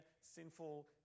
sinful